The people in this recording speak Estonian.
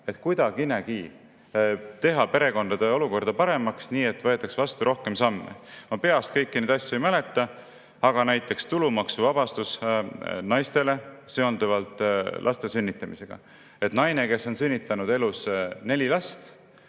et kuidagigi teha perekondade olukorda paremaks, et võetaks ette rohkem samme. Ma peast kõiki neid asju ei mäleta, aga näiteks tulumaksuvabastus naistele seonduvalt laste sünnitamisega. Naine, kes on sünnitanud neli last,